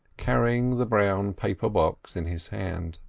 carrying the brown paper box in his hand.